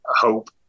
hope